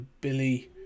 Billy